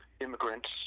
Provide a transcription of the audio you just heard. immigrants